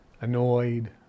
annoyed